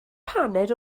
paned